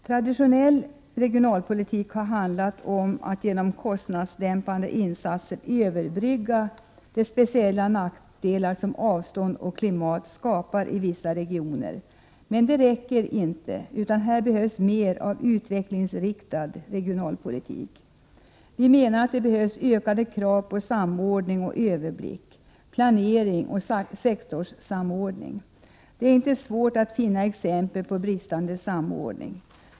Traditionell regionalpolitik har handlat om att man genom kostnadsdämpande insatser skall försöka överbrygga de speciella nackdelar som avstånd och klimat skapar i vissa regioner. Men det räcker inte, utan här behövs mer av utvecklingsinriktad regionalpolitik. Vi menar att det behövs mer samordning och överblick, planering och sektorssamordning. Det är inte svårt att finna exempel på brist på samordning.